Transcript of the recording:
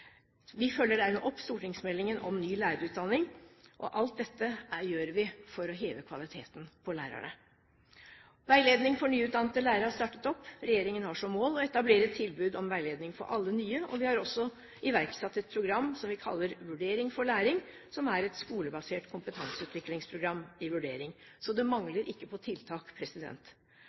Vi følger dermed opp stortingsmeldingen om ny lærerutdanning, og alt dette gjør vi for å heve kvaliteten på lærerne. Veiledning for nyutdannede lærere er startet opp. Regjeringen har som mål å etablere tilbud om veiledning for alle nye lærere, og vi har også iverksatt et program som vi kaller «Vurdering for læring», som er et skolebasert kompetanseutviklingsprogram i vurdering. Så det mangler ikke på tiltak.